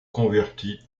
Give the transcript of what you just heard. convertie